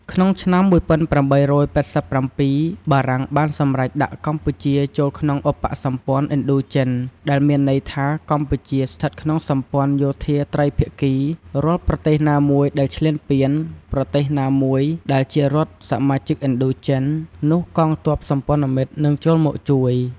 ក្នុងឆ្នាំ ១៨៨៧ បារាំងបានសំរេចដាក់កម្ពុជាចូលក្នុងឧបសម្ព័នឥណ្ឌូចិនដែលមានន័យថា កម្ពុជាស្ថិតក្នុងសម្ព័នយោធាត្រីភាគី រាល់ប្រទេសណាមួយដែលឈ្លានពាន ប្រទេសណាមួយដែលជារដ្ឋសមាជិកឥណ្ឌូចិន នោះកងទ័ពសម្ព័នមិត្តនិងចូលមកជួយ។